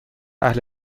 اهل